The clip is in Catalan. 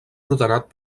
ordenat